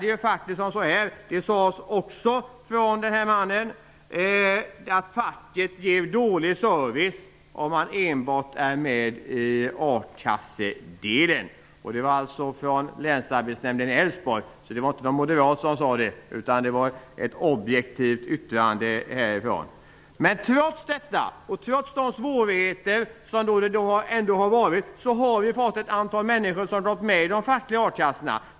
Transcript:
Dessutom sade man att facket ger en dålig service till dem som enbart är med i a-kassan. Det här sade alltså länsarbetsnämnden i Älvsborg. Det var ingen moderat som sade detta, utan det var ett objektivt yttrande. Trots detta och trots de svårigheter som har funnits har ett antal människor gått med i de fackliga akassorna.